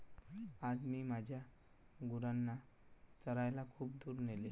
आज मी माझ्या गुरांना चरायला खूप दूर नेले